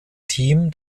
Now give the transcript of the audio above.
team